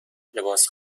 لباس